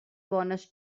bones